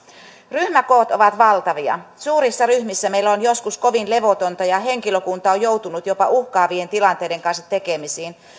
ryhmäkoot ovat valtavia suurissa ryhmissä meillä on joskus kovin levotonta ja henkilökunta on on joutunut jopa uhkaavien tilanteiden kanssa tekemisiin